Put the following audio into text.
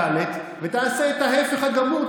ד' ותעשה את ההפך הגמור,